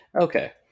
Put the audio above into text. Okay